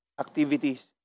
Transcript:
activities